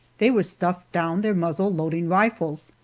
they were stuffed down their muzzle-loading rifles,